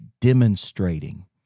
demonstrating